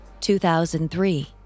2003